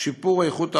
שיפור איכות ההוראה,